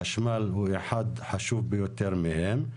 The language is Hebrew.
חשמל הוא אחד חשוב ביותר מהם,